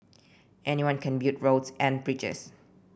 anyone can build roads and bridges